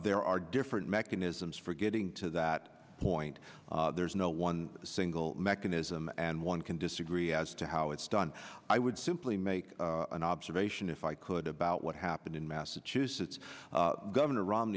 there are different mechanisms for getting to that point there's no one single mechanism and one can disagree as to how it's done i would simply make an observation if i could about what happened in massachusetts governor rom